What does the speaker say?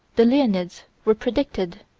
the leonids were predicted.